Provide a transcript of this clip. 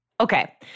Okay